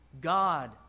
God